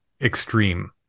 extreme